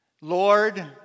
Lord